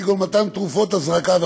כגון מתן תרופות בהזרקה.